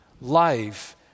life